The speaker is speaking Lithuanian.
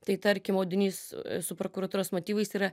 tai tarkim audinys su prokuratūros motyvais yra